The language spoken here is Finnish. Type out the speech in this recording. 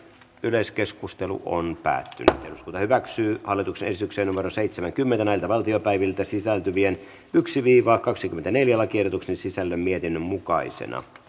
yleiskeskustelu on päästiin hyväksyy hallituksen syksyn vero seitsemänkymmentä näiltä valtiopäiviltä sisältyvien yksiviivakaksikymmentäneljä lakiehdotuksen sisällön mietinnön mukaisena